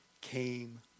came